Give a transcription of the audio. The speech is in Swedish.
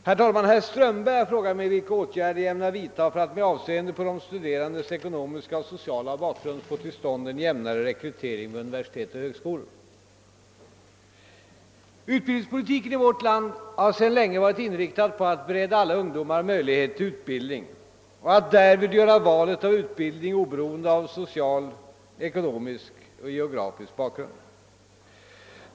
Herr talman! Herr Strömberg har frågat mig, vilka åtgärder jag ämnar vidta för att med avseende på de studerandes ekonomiska och sociala bakgrund få till stånd en jämnare rekrytering vid universitet och högskolor. Utbildningspolitiken i vårt land har sedan länge varit inriktad på att bereda alla ungdomar möjlighet till utbildning och att därvid göra valet av utbildning oberoende av social, ekonomisk och geografisk bakgrund.